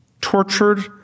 tortured